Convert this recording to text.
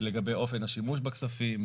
לגבי אופן השימוש בכספים,